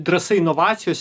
drąsa inovacijose